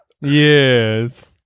Yes